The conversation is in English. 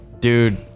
Dude